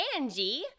Angie